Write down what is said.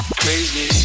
crazy